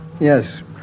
Yes